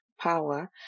power